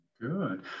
good